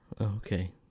Okay